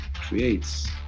creates